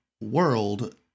world